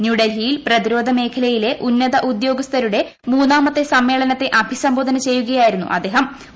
ന്യൂഡൽഹിയിൽ പ്രതിരോധമേഖലയിലെ ഉന്നത ഉദ്യോഗസ്ഥിരൂർട് മൂന്നാമത്തെ സമ്മേളനത്തെ അഭിസംബോധന ചെയ്യുകയായിരുന്നു ആദ്ദേഹ്ം